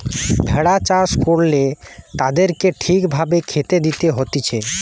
ভেড়া চাষ করলে তাদেরকে ঠিক ভাবে খেতে দিতে হতিছে